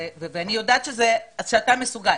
ואני יודעת שאתה מסוגל